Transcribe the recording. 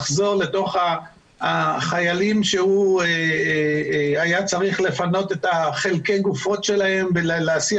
לחזור לתוך החיילים שהוא היה צריך לפנות את חלקי הגופות שלהם ולהסיע